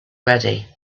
ready